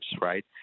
right